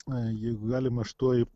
na jeigu galima aš tuoj